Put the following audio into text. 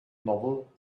novel